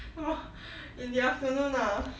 !wah! in the afternoon ah